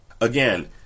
Again